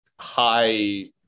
high